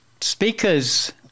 Speakers